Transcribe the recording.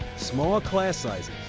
small class sizes.